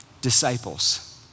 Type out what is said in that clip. disciples